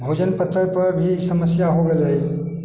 भोजन पतर पर भी समस्या हो गेल रहै